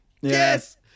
Yes